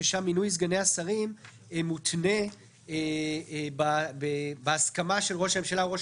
ששם מינוי סגני השרים מותנה בהסכמה של ראש הממשלה או ראש